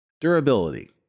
Durability